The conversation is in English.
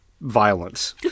violence